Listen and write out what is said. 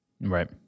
Right